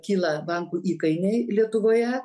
kyla bankų įkainiai lietuvoje